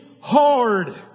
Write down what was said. hard